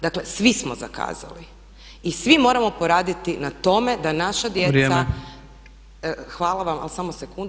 Dakle, svi smo zakazali i svi moramo poraditi na tome da naša djeca [[Upadica Tepeš: Vrijeme.]] Hvala vam ali samo sekundu.